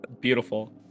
Beautiful